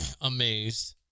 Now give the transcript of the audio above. amazed